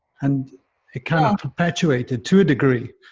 and it kind of perpetuated to a degree.